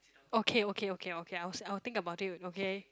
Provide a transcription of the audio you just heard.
okay okay okay okay I'll I'll think about it okay